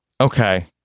Okay